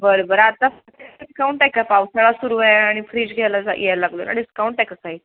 बरं बरं आता डिस्काउंट आहे का पावसाळा सुरू आहे आणि फ्रीज घ्यायला जा याय लागून आणि डिस्काउंट आहे का काही